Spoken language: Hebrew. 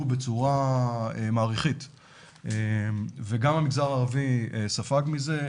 בצורה מעריכית וגם המגזר הערבית ספג מזה.